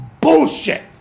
bullshit